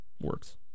works